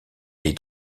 est